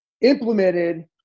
implemented